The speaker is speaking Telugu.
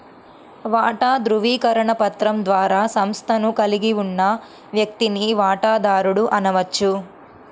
వాటా ధృవీకరణ పత్రం ద్వారా సంస్థను కలిగి ఉన్న వ్యక్తిని వాటాదారుడు అనవచ్చు